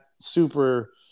super